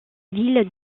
ville